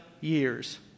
years